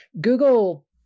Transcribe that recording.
Google